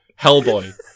Hellboy